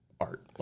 art